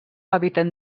hàbitat